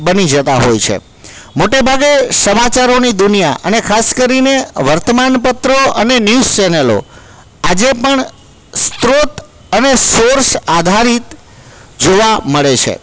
બની જતા હોય છે મોટે ભાગે સમાચારોની દુનિયા અને ખાસ કરીને વર્તમાનપત્રો અને ન્યુઝ ચેનલો આજે પણ સ્ત્રોત અને સોર્સ આધારિત જોવા મળે છે